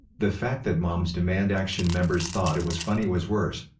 the fact that moms demand action members thought it was funny was worse.